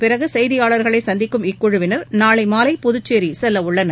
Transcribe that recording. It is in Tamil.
பிறகு செய்தியாளர்களைச் சந்திக்கும் இக்குழவினர் நாளை மாலை புதச்சேரி அதன் செல்லவுள்ளனர்